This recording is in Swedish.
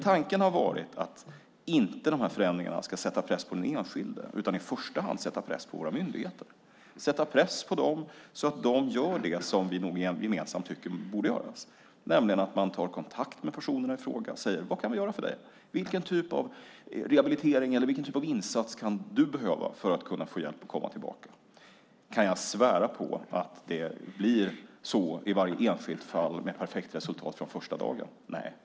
Tanken har inte varit att förändringarna ska sätta press på den enskilde utan i första hand på våra myndigheter, så att de gör det som vi nog gemensamt tycker borde göras, alltså att man tar kontakt med personen i fråga och frågar: Vad kan vi göra för dig? Vilken typ av insats kan du behöva för att kunna komma tillbaka? Nu kan jag förstås inte svära på att det blir så i varje enskilt fall, med perfekt resultat från första dagen.